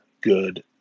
good